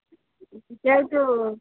সেই তো